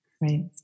Right